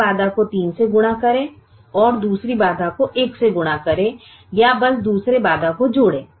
पहले बाधा को 3 से गुणा करें और दूसरे बाधा को 1 से गुणा करें या बस दूसरे बाधा को जोड़ें